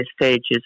stages